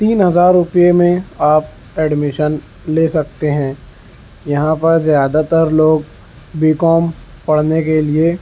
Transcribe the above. تین ہزار روپئے میں آپ ایڈمیشن لے سکتے ہیں یہاں پر زیادہ تر لوگ بی کام پڑھنے کے لیے